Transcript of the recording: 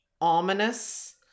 ominous